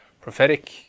prophetic